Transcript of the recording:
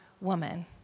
woman